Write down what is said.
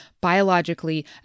biologically